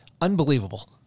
Unbelievable